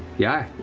yeah.